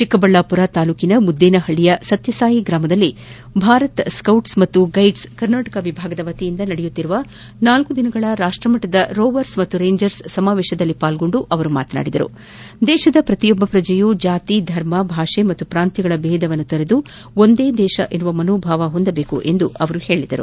ಚಿಕ್ಕಬಳ್ಳಾಪುರ ತಾಲೂಕಿನ ಮುದ್ದೇನಹಳ್ಳಿಯ ಸತ್ಯಸಾಯಿ ಗ್ರಾಮದಲ್ಲಿ ಭಾರತ ಸ್ಕೌಟ್ಸ್ ಮತ್ತು ಗೈಡ್ಸ್ ಕರ್ನಾಟಕ ವಿಭಾಗದ ವತಿಯಿಂದ ನಡೆಯುತ್ತಿರುವ ನಾಲ್ಕು ದಿನಗಳ ರಾಷ್ಟ ಮಟ್ಟದ ರೋವರ್ ಮತ್ತು ರೇಂಜರ್ ಸಮಾವೇಶದಲ್ಲಿ ಪಾಲ್ಗೋಂಡು ಮಾತನಾಡಿದ ಅವರು ದೇಶದ ಪ್ರತಿಯೊಬ್ಬ ಪ್ರಜೆಯೂ ಜಾತಿ ಧರ್ಮ ಭಾಷೆ ಮತ್ತು ಪ್ರಾಂತ್ಯಗಳ ಬೇಧವನ್ನು ತೊರೆದು ಒಂದೇ ದೇಶ ಎಂಬ ಮನೋಭಾವವನ್ನು ಹೊಂದಬೇಕು ಎಂದು ಹೇಳಿದರು